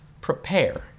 prepare